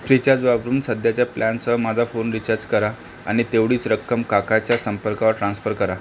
Freecharge वापरून सध्याच्या प्लॅनसह माझा फोन रिचार्ज करा आणि तेवढीच रक्कम काकाच्या संपर्कावर ट्रान्स्फर करा